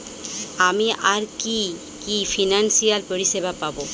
আমি আর কি কি ফিনান্সসিয়াল পরিষেবা পাব?